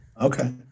Okay